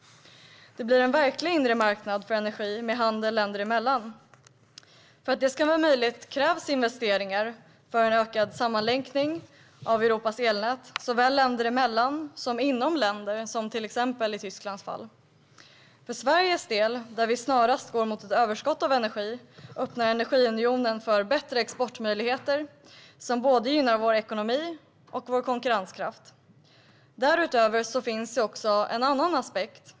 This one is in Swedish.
Det blir en verklig inre marknad för energi med handel länder emellan. För att detta ska vara möjligt krävs investeringar för en ökad sammanlänkning av Europas elnät såväl mellan länder som inom länder, som exempelvis i Tyskland. För Sveriges del, där vi snarast går mot ett överskott av energi, öppnar energiunionen för bättre exportmöjligheter som gynnar både vår ekonomi och vår konkurrenskraft. Därutöver finns också en annan aspekt.